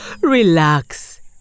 Relax